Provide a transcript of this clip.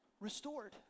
Restored